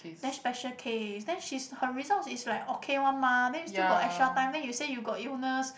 then special case then she's her results is like okay one mah then you still got extra time then you say you got illness